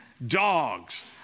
Dogs